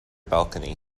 balcony